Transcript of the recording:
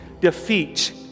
defeat